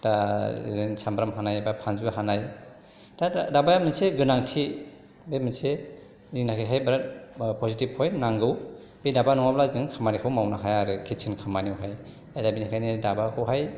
दा जों साम्ब्राम हानाय एबा फानलु हानाय दाबाया मोनसे गोनांथि बे मोनसे जोंनि लागैहाय बिराद पजिटिभ पइन्ट नांगौ बे दाबा नङाब्ला जों खामानिखौ मावनो हाया आरो खेतिनि खामानियावहाय आरो बेनिखायनो दाबाखौहाय